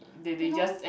you know